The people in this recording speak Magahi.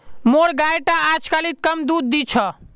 मोर गाय टा अजकालित कम दूध दी छ